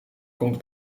komt